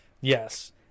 Yes